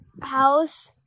house